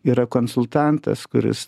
yra konsultantas kuris